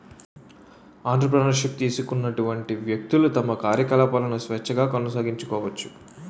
entrepreneur ship తీసుకున్నటువంటి వ్యక్తులు తమ కార్యకలాపాలను స్వేచ్ఛగా కొనసాగించుకోవచ్చు